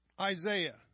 Isaiah